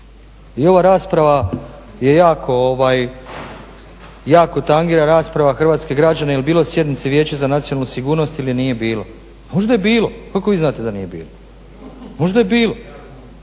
I ova rasprava je jako, jako tangira rasprava hrvatske građane je li bilo sjednice Vijeća za nacionalnu sigurnost ili nije bilo. Možda je bilo, kako vi znate da nije bilo? Možda je bilo.